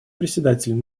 председатель